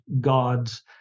gods